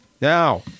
Now